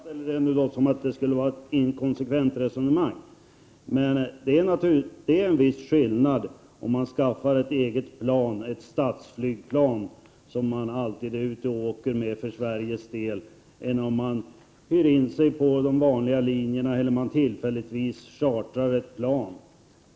Herr talman! Jag sade att jag förstår att man behöver flyga en del. Arne Andersson i Ljung framställer det nu som att det skulle vara ett inkonsekvent resonemang. Men det är en viss skillnad mellan att skaffa ett eget plan, ett statsflygplan, som man alltid är ute och åker med för Sveriges del, och att hyra in sig på de vanliga linjerna eller tillfälligtvis chartra ett plan.